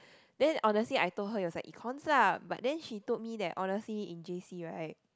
then honestly I told her it was like Econs lah but then she told me that honestly in j_c right